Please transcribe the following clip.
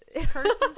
curses